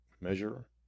measure